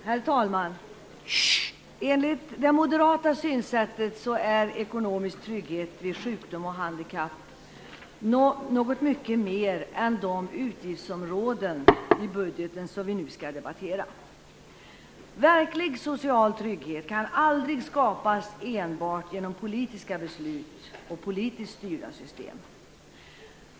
Herr talman! Enligt det moderata synsättet är ekonomisk trygghet vid sjukdom och handikapp något mycket mer än de utgiftsområden i budgeten som vi nu skall debattera. Verklig social trygghet kan aldrig skapas enbart genom politiska beslut och politiskt styrda system.